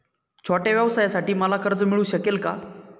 छोट्या व्यवसायासाठी मला कर्ज मिळू शकेल का?